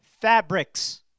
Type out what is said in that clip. fabrics